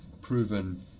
proven